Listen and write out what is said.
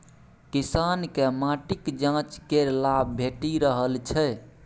किसानकेँ माटिक जांच केर लाभ भेटि रहल छै